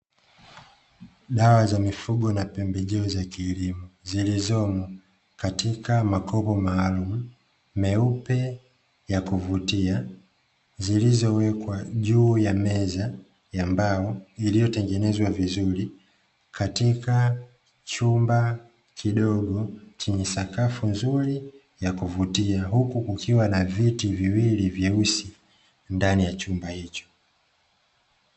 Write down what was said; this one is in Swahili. Dawa za mifugo na pembejeo za kilimo, zilizomo katika makopo maalumu meupe ya kuvutia, zilizowekwa juu ya meza ya mbao, iliyotengenezwa vizuri katika chumba kidogo chenye sakafu nzuri ya kuvutia, huku kukiwa na viti viwili vyeusi ndani ya chumba hiko.